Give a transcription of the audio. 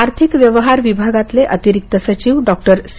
आर्थिक व्यवहार विभागातले अतिरिक्त सचिव डॉक्टर सी